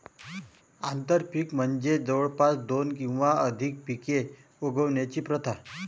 आंतरपीक म्हणजे जवळपास दोन किंवा अधिक पिके उगवण्याची प्रथा